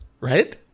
right